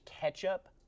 ketchup